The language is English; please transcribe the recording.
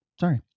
sorry